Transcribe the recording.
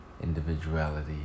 individuality